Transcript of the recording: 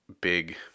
big